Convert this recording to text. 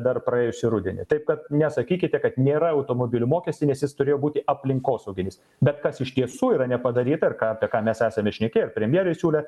dar praėjusį rudenį taip kad nesakykite kad nėra automobilių mokestį nes jis turėjo būti aplinkosauginis bet kas iš tiesų yra nepadaryta ir ką apie ką mes esame šnekėję ir premjerei siūlę